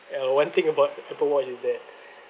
uh one thing about the Apple watch is that